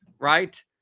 Right